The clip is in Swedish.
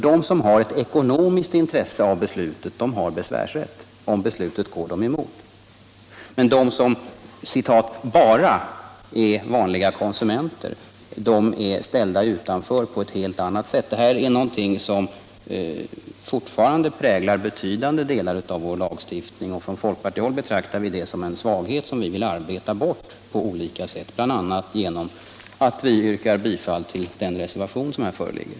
De som har ett ekonomiskt intresse av beslutet har besvärsrätt, om beslutet går dem emot, men de som ”bara” är vanliga konsumenter är ställda utanför den rätten på ett helt annat sätt. Detta är någonting som fortfarande präglar betydande delar av vår lagstiftning. Från folkpartihåll betraktar vi det som en svaghet, som vi vill arbeta bort på olika sätt, bl.a. genom att vi yrkar bifall till den reservation som här föreligger.